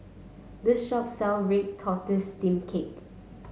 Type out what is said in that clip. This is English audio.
this shop sell Red Tortoise Steamed Cake